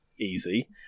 easy